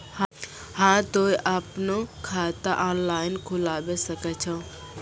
हाँ तोय आपनो खाता ऑनलाइन खोलावे सकै छौ?